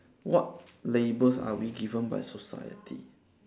what labels are we given by society